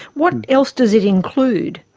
what and else does it include?